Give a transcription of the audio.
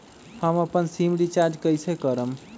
हम अपन SIM recharge कइसे करम?